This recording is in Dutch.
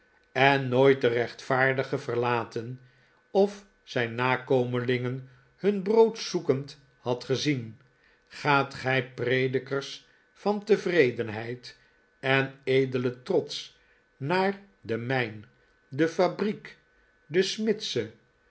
en nooit den rechtvaardige verlaten of zijn nakomelingen hun brood zoekend had gezien gaat gij predikers van tevredenheid en edelen trots naar de mijn de fabriek de smidse